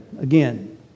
Again